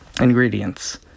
Ingredients